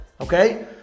Okay